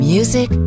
Music